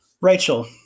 Rachel